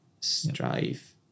Strive